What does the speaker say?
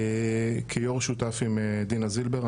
כיושב ראש שותף עם דינה זילבר,